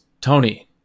Tony